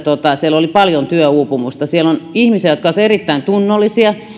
siellä oli paljon työuupumusta siellä on ihmisiä jotka ovat erittäin tunnollisia